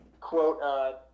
quote